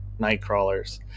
nightcrawlers